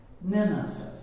nemesis